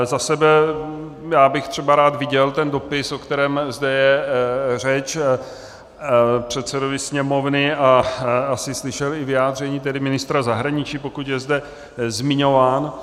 Za sebe já bych třeba rád viděl ten dopis, o kterém zde je řeč, předsedovi Sněmovny a asi slyšel i vyjádření ministra zahraničí, pokud je zde zmiňován.